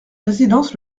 résidence